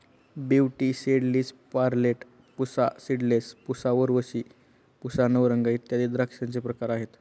beauty seedless, perlette, Pusa seedless, Pusa Urvashi, Pusa Navrang इत्यादी द्राक्षांचे प्रकार आहेत